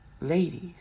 Ladies